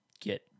get